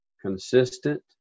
consistent